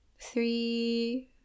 three